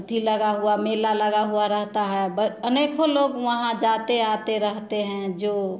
अथी लगा हुआ मेला लगा हुआ रहता है वा अनेकों लोग वहाँ जाते आते रहते हैं जो